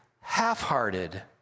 half-hearted